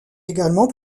également